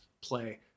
play